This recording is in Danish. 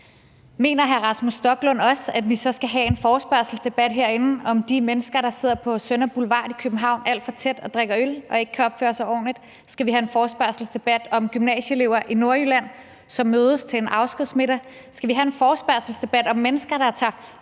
Mener hr. Rasmus Stoklund også, at vi så skal have en forespørgselsdebat herinde om de mennesker, der sidder på Sønder Boulevard i København alt tæt og drikker øl og ikke kan opføre sig ordentligt? Skal vi have en forespørgselsdebat om gymnasieelever i Nordjylland, som mødes til en afskedsmiddag? Skal vi have en forespørgselsdebat om mennesker, der tager